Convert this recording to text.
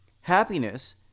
Happiness